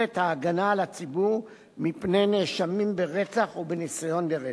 את ההגנה על הציבור מפני נאשמים ברצח ובניסיון לרצח.